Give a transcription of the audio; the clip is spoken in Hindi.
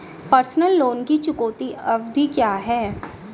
पर्सनल लोन की चुकौती अवधि क्या है?